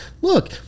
Look